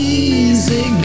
easy